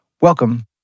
Welcome